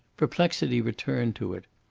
perplexity returned to it.